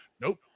Nope